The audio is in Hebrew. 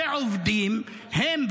שעובדים למרות הקשיים,